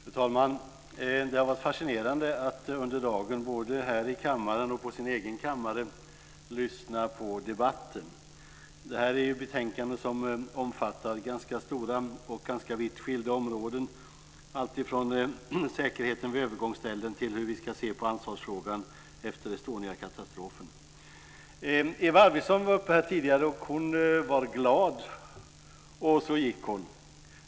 Fru talman! Det har varit fascinerande att under dagen både här i kammaren och på sin egen kammare lyssna på debatten. Det här är ett betänkande som omfattar ganska stora och ganska vitt skilda områden, alltifrån säkerheten vid övergångsställen till hur vi ska se på ansvarsfrågan efter Estoniakatastrofen. Eva Arvidsson var uppe tidigare, och hon var glad, och så gick hon.